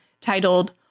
titled